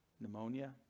pneumonia